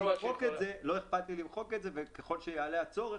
לא אכפת לי למחוק את זה וככל שיעלה הצורך,